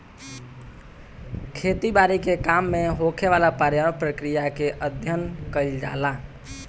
खेती बारी के काम में होखेवाला पर्यावरण प्रक्रिया के अध्ययन कईल जाला